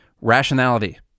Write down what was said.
rationality